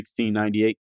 1698